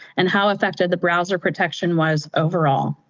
and how effective the browser protection was overall.